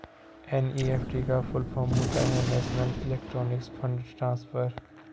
NEFT का full form होता है नेशनल इलेक्ट्रॉनिक्स फण्ड ट्रांसफर